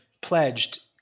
pledged